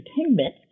entertainment